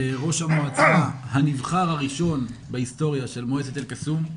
ראש המועצה הנבחר הראשון בהיסטוריה של מועצת אל קסום,